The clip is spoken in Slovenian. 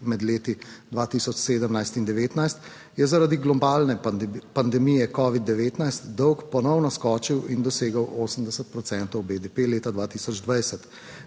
med leti 2017 in 2019, je zaradi globalne pandemije COVID-19 dolg ponovno skočil in dosegel 80 procentov BDP leta 2020.